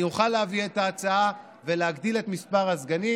אני אוכל להביא את ההצעה ולהגדיל את מספר הסגנים.